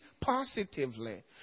positively